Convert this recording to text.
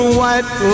white